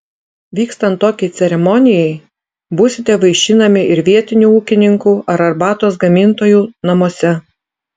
vykstant tokiai ceremonijai būsite vaišinami ir vietinių ūkininkų ar arbatos gamintojų namuose